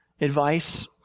advice